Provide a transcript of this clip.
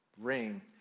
Ring